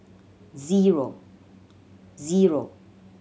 zero zero